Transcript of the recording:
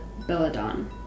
Belladon